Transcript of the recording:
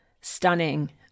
stunning